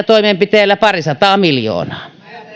toimenpiteillä säästäisimme parisataa miljoonaa myöskin